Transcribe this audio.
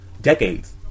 decades